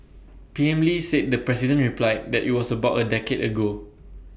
P M lee said the president replied that IT was about A decade ago